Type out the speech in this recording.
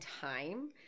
time